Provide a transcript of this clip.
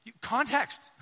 context